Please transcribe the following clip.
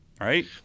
right